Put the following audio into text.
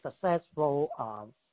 successful